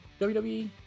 WWE